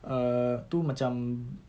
uh itu macam